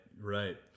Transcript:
right